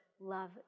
love